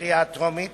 בקריאה הטרומית